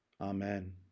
Amen